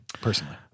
personally